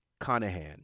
Conahan